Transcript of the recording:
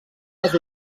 les